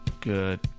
Good